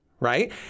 Right